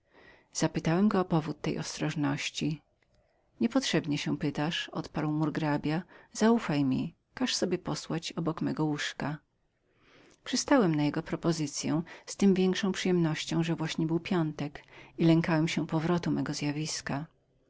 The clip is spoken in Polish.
zapytałem go o powód tej przestrogi niepotrzebnie się pytasz odparł murgrabia zaufaj mi każ sobie posłać obok mego łóżka przyjąłem jego ofiarę z tem większą przyjemnością że właśnie był piątek i lękałem się powrotu mego zjawiska